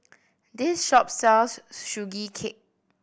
this shop sells Sugee Cake